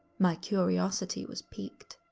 my curiosity was piqued.